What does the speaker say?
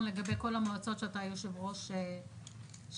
לגבי כל המועצות שאתה היושב-ראש לגביהן.